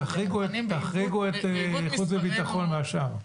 תחריגו את חוץ וביטחון מהשאר.